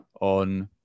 on